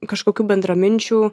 kažkokių bendraminčių